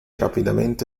rapidamente